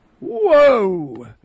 Whoa